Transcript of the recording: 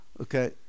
Okay